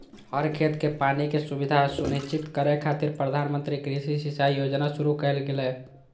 हर खेत कें पानिक सुविधा सुनिश्चित करै खातिर प्रधानमंत्री कृषि सिंचाइ योजना शुरू कैल गेलै